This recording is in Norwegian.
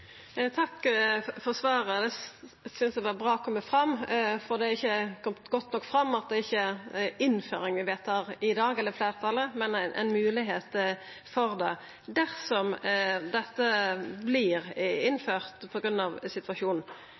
det kjem fram, for det har ikkje kome godt nok fram at det ikkje er innføring fleirtalet vedtar i dag, men ein mogelegheit for det. Dersom dette vert innført på grunn av situasjonen,